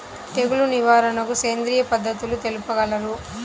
తెగులు నివారణకు సేంద్రియ పద్ధతులు తెలుపగలరు?